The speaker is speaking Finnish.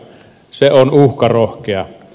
se on uhkarohkea